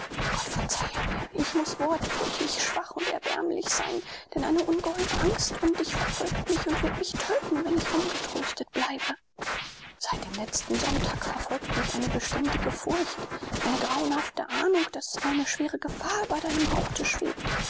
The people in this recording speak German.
gott verzeihe mir ich muß wortbrüchig schwach und erbärmlich sein denn eine ungeheure angst um dich verfolgt mich und wird mich töten wenn ich ungetröstet bleibe seit dem letzten sonntag verfolgt mich eine beständige furcht eine grauenhafte ahnung daß eine schwere gefahr über deinem haupte schwebt